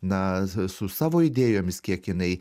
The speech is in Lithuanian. na su savo idėjomis kiek jinai